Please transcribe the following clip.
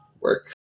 work